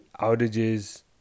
outages